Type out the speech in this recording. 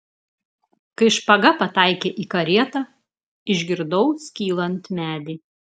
kai špaga pataikė į karietą išgirdau skylant medį